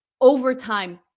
overtime